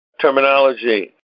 terminology